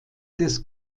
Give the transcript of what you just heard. des